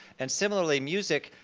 and similarly music,